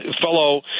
fellow